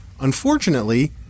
Unfortunately